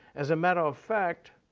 as a matter of fact,